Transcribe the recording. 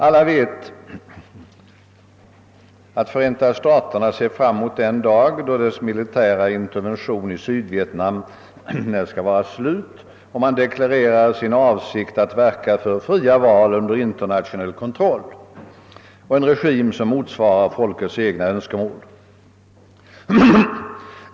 Alla vet att Förenta staterna ser fram mot den dag, då dess militära intervention i Sydvietnam skall vara slut, och man har deklarerat sin avsikt att verka för fria val under internationell kontroll för att möjliggöra en regim som motsvarar folkets egna önskemål.